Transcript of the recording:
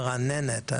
מרעננת.